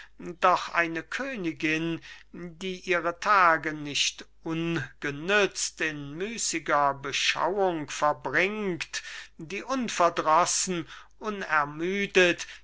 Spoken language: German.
doch eine königin die ihre tage nicht ungenützt in müßiger beschauung verbringt die unverdrossen unermüdet